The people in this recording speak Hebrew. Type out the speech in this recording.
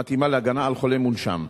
המתאימה להגנה על חולה מונשם,